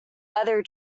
other